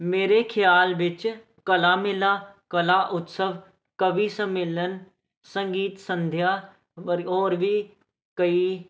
ਮੇਰੇ ਖਿਆਲ ਵਿੱਚ ਕਲਾ ਮੇਲਾ ਕਲਾ ਉਤਸਵ ਕਵੀ ਸੰਮੇਲਨ ਸੰਗੀਤ ਸੰਧਿਆ ਪਰ ਹੋਰ ਵੀ ਕਈ